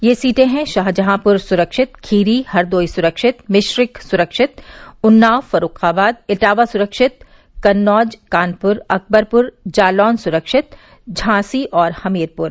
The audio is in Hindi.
ये सीटे हैं शाहजहांप्र सुरक्षित खीरी हरदोई सुरक्षित मिश्रिख सुरक्षित उन्नाव फर्रुखाबाद इटावा सुरक्षित कन्नौज कानपुर अकबरपुर जालौन सुरक्षित झांसी और हमीरपुर